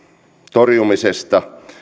torjumisesta